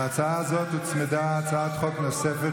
להצעה הזו הוצמדה הצעת חוק נוספת,